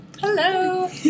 Hello